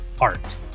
art